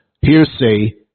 hearsay